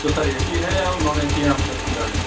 تو sir A C ہے یا نان اے سی ہے آپ کا گاڑی